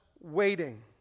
waiting